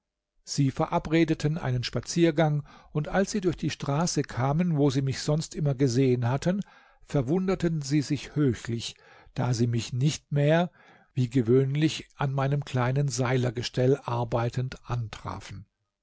sie verabredeten einen spaziergang und als sie durch die straße kamen wo sie mich sonst immer gesehen hatten verwunderten sie sich höchlich da sie mich nicht mehr wie gewöhnlich an meinem kleinen seilergesteli arbeitend antrafen